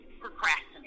procrastinate